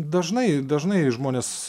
dažnai dažnai žmonės